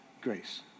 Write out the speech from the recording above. grace